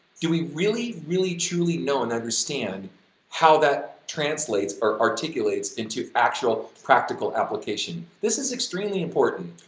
do we really, really truly know and understand how that translates or articulates into actual practical application? this is extremely important.